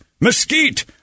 Mesquite